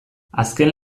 azken